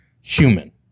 human